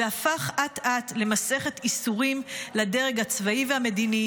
והפך אט-אט למסכת ייסורים לדרג הצבאי והמדיני